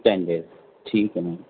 ten days ٹھیک ہے میم